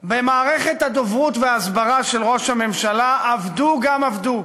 במערכת הדוברות וההסברה של ראש הממשלה עבדו גם עבדו.